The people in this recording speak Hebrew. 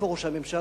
איפה ראש הממשלה,